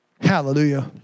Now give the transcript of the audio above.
Hallelujah